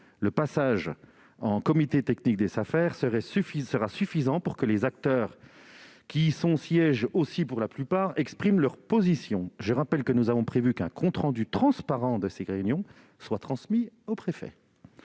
le passage en comité technique des Safer sera suffisant pour que les acteurs, qui y siègent aussi pour la plupart, puissent exprimer leur position. Je rappelle que nous avons prévu qu'un compte rendu transparent de ces réunions soit transmis au préfet.